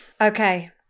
Okay